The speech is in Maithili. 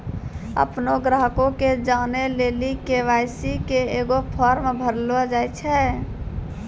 अपनो ग्राहको के जानै लेली के.वाई.सी के एगो फार्म भरैलो जाय छै